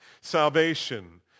salvation